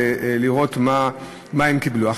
ולראות מה הם קיבלו.